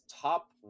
top